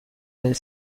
del